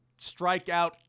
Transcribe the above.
strikeout